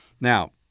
Now